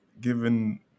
given